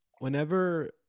Whenever